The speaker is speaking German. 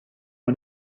man